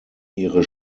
ihre